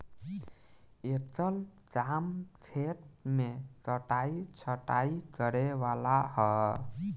एकर काम खेत मे कटाइ छटाइ करे वाला ह